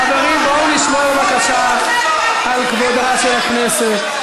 חברים, בואו נשמור בבקשה על כבודה של הכנסת.